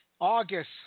August